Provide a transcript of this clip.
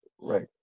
Right